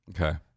Okay